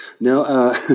No